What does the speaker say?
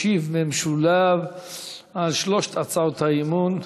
ישיב במשולב על שלוש הצעות האי-אמון,